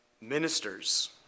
Ministers